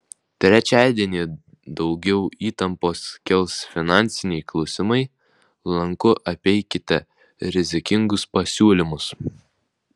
trečiadienį daugiau įtampos kels finansiniai klausimai lanku apeikite rizikingus pasiūlymus